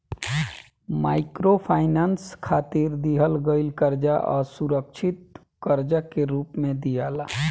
microfinance खातिर दिहल गईल कर्जा असुरक्षित कर्जा के रूप में दियाला